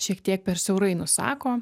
šiek tiek per siaurai nusako